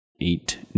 eight